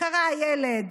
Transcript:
קרא הילד,